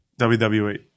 WWE